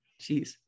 jeez